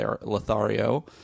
Lothario